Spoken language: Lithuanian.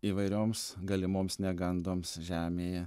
įvairioms galimoms negandoms žemėje